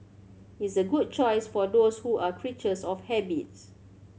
it's a good choice for those who are creatures of habits